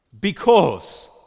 Because